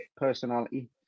personality